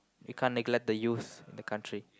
we can't neglect the use the country